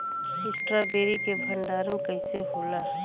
Strawberry के भंडारन कइसे होला?